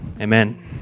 Amen